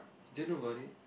do you know about it